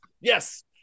Yes